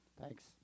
Thanks